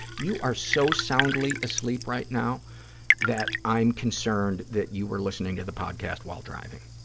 you are so soundly asleep right now that i'm concerned that you were listening to the podcast while driving.